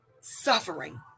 suffering